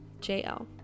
JL